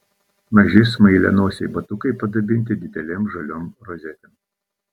maži smailianosiai batukai padabinti didelėm žaliom rozetėm